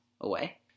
away